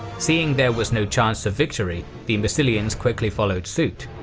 seeing there was no chance of victory, the massilians quickly followed suit.